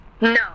No